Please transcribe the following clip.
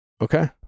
Okay